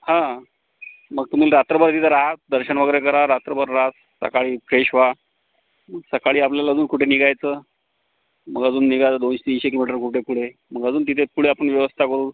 हा मग तुम्ही रात्रभर तिथं रहा दर्शन वगैरे करा रात्रभर रहा सकाळी फ्रेश व्हा मग सकाळी आपल्याला अजून कुठे निघायचं मग अजून निघायला दोनशे तीनशे किलोमीटर कुठे पुढे मग अजून तिथे पुढे आपण व्यवस्था करू